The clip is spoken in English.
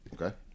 Okay